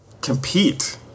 compete